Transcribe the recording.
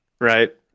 Right